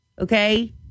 okay